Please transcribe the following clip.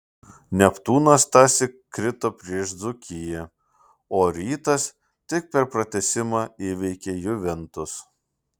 neptūnas tąsyk krito prieš dzūkiją o rytas tik per pratęsimą įveikė juventus